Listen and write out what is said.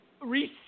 receive